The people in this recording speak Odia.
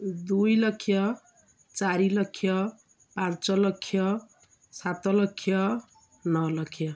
ଦୁଇ ଲକ୍ଷ ଚାରି ଲକ୍ଷ ପାଞ୍ଚ ଲକ୍ଷ ସାତ ଲକ୍ଷ ନଅ ଲକ୍ଷ